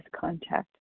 contact